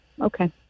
Okay